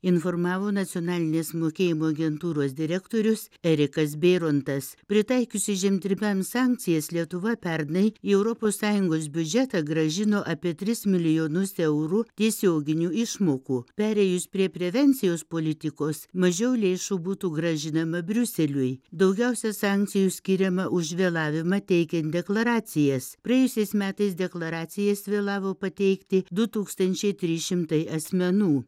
informavo nacionalinės mokėjimo agentūros direktorius erikas bėrontas pritaikiusi žemdirbiams sankcijas lietuva pernai į europos sąjungos biudžetą grąžino apie tris milijonus eurų tiesioginių išmokų perėjus prie prevencijos politikos mažiau lėšų būtų grąžinama briuseliui daugiausiai sankcijų skiriama už vėlavimą teikiant deklaracijas praėjusiais metais deklaracijas vėlavo pateikti du tūkstančiai tris šimtai asmenų